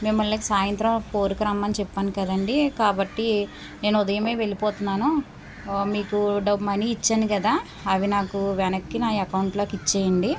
మిమ్మల్ని సాయంత్రం ఫోర్కి రమ్మని చెప్పాను కదా అండి కాబట్టి నేను ఉదయమే వెళ్ళిపోతున్నాను మీకు మనీ ఇచ్చాను కదా అవి నాకు వెనక్కి నా అకౌంటులోకి ఇచ్చేయండి